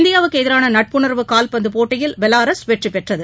இந்தியாவுக்கு எதிரான நட்புணர்வு கால்பந்து போட்டியில் பெவாரஸ் வெற்றிபெற்றது